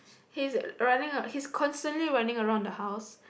he's running a he's constantly running around the house